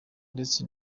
ndetse